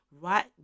right